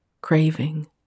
craving